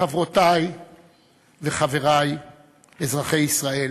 חברותי וחברי אזרחי ישראל,